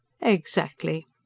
Exactly